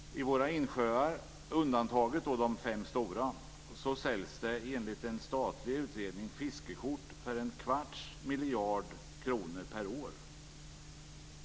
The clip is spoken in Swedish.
I våra insjöar - undantaget de fem stora - säljs det enligt en statlig utredning fiskekort för cirka en kvarts miljard kronor per år.